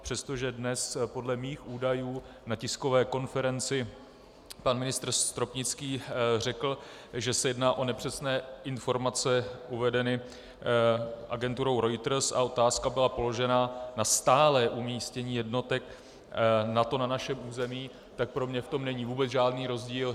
Přestože dnes podle mých údajů na tiskové konferenci pan ministr Stropnický řekl, že se jedná o nepřesné informace uvedené agenturou Reuters a otázka byla položena na stálé umístění jednotek NATO na našem území, tak pro mě v tom není vůbec žádný rozdíl.